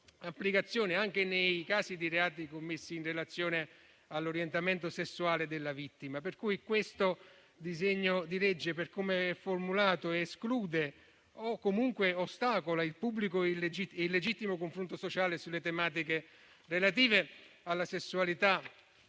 applicazione anche nei casi di reati commessi in relazione all'orientamento sessuale della vittima. Il disegno di legge in esame, per come formulato, esclude o comunque ostacola il pubblico e legittimo confronto sociale sulle tematiche relative alla sessualità,